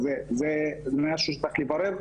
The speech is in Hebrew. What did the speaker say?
יש לברר,